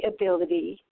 ability